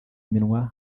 iminwa